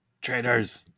Traitors